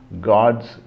God's